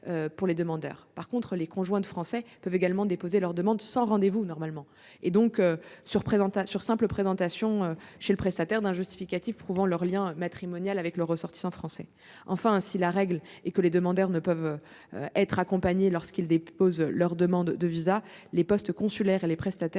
pour les demandeurs. Les conjoints de Français peuvent également déposer leur demande sans rendez-vous, sur simple présentation chez le prestataire d'un justificatif récent prouvant le lien matrimonial avec le ressortissant français. Enfin, si la règle veut que les demandeurs ne peuvent être accompagnés lorsqu'ils déposent leur demande de visa, les postes consulaires et les prestataires